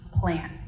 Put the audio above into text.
plan